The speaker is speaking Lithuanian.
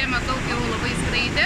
šiemet daug jau labai skraidė